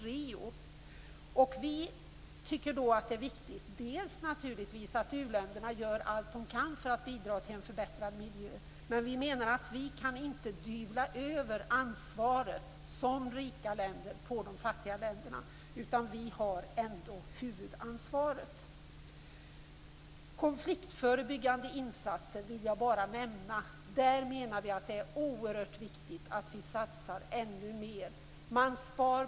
Vi tycker naturligtvis att det är viktigt att uländerna gör allt vad de kan för att bidra till en förbättrad miljö, men vi menar att man från de rika länderna inte kan pådyvla de fattiga länderna ansvaret för detta. Vi har ändå huvudansvaret. Frågan om konfliktförebyggande insatser vill jag bara nämna. Vi menar att det är oerhört viktigt att här satsa ännu mer.